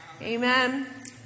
Amen